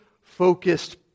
focused